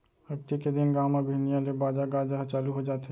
अक्ती के दिन गाँव म बिहनिया ले बाजा गाजा ह चालू हो जाथे